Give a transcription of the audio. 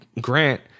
Grant